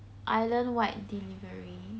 island wide delivery